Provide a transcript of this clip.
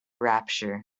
rapture